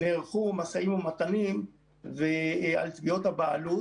נערכו משאים ומתנים על תביעות הבעלות.